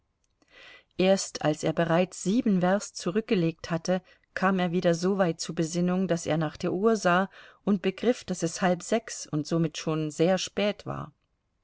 erst als er bereits sieben werst zurückgelegt hatte kam er wieder so weit zur besinnung daß er nach der uhr sah und begriff daß es halb sechs und somit schon sehr spät war